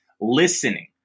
Listening